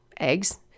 eggs